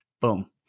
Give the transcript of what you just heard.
Boom